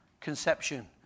conception